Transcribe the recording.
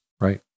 Right